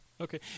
Okay